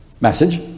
message